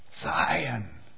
Zion